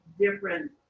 different